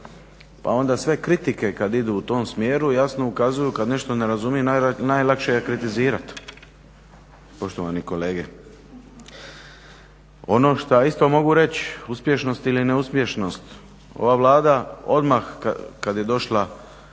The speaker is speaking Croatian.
pa onda sve kritike kada idu u tom smjeru, jasno ukazuju kada nešto ne razumije, najlakše je kritizirati, poštovani kolege. Ono što isto mogu reći uspješnost ili neuspješnost, ova Vlada odmah kada je došla